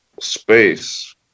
space